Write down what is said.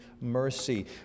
mercy